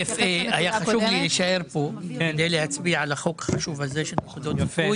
היה חשוב לי להישאר פה כדי להצביע על החוק החשוב הזה של נקודות זיכוי,